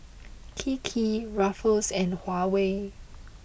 Kiki Ruffles and Huawei